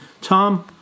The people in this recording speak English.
Tom